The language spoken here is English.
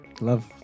love